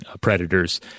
predators